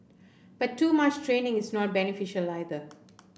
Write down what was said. but too much training is not beneficial neither